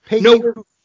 No